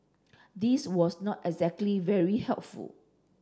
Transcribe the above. this was not exactly very helpful